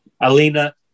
alina